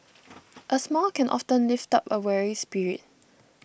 a smile can often lift up a weary spirit